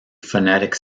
phonetic